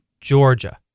Georgia